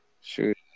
Shoot